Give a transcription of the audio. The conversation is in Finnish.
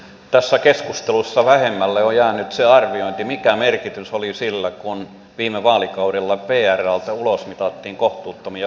tässä keskustelussa vähemmälle on jäänyt se arviointi mikä merkitys oli sillä kun viime vaalikaudella vrltä ulosmitattiin kohtuuttomia osinkotuloja